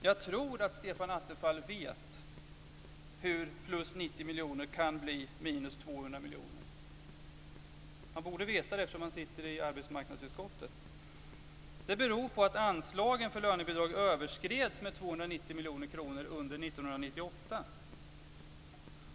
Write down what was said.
Jag tror att Stefan Attefall vet hur plus 90 miljoner kronor kan bli minus 200 miljoner kronor. Han borde veta det, eftersom han sitter i arbetsmarknadsutskottet. Det här beror på att anslagen för lönebidrag överskreds med 290 miljoner kronor under 1998.